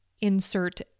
insert